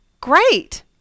great